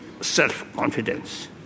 self-confidence